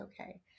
okay